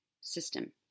system